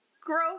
growth